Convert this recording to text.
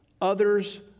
others